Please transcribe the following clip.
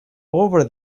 over